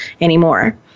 anymore